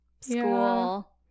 school